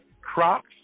Crops